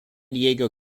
diego